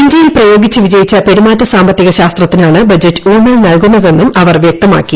ഇന്ത്യയിൽ പ്രയോഗിച്ചു വിജയിച്ച പെരുമാറ്റ സാമ്പത്തിക ശാസ്ത്രത്തിനാണ് ബജറ്റ് ഊന്നൽ നൽകുന്നതെന്നും അവർ വ്യക്തമാക്കി